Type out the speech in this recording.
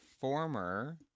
former